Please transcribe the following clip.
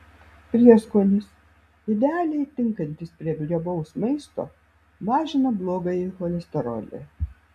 prieskonis idealiai tinkantis prie riebaus maisto mažina blogąjį cholesterolį